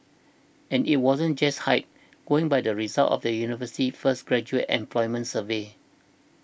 and it wasn't just hype going by the results of the university's first graduate employment survey